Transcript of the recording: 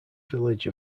village